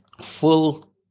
full